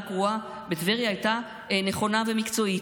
קרואה בטבריה הייתה נכונה ומקצועית.